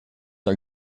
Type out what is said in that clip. are